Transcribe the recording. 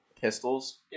pistols